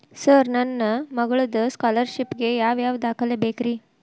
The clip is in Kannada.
ಸರ್ ನನ್ನ ಮಗ್ಳದ ಸ್ಕಾಲರ್ಷಿಪ್ ಗೇ ಯಾವ್ ಯಾವ ದಾಖಲೆ ಬೇಕ್ರಿ?